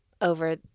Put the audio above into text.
over